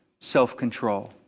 self-control